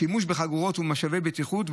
שימוש בחגורות ובמושבי בטיחות,